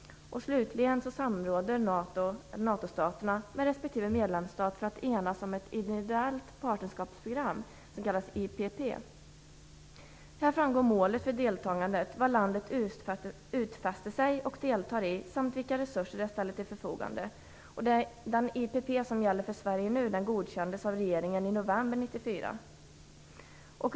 Slutligen samråder NATO-staterna med respektive medlemsstater för att enas om ett individuellt partnerskapsprogram, IPP. Här framgår målet för deltagandet, vad landet utfäste sig och deltar i samt vilka resurser det ställer till förfogande. Det IPP som nu gäller för Sverige godkändes av regeringen i november 1994.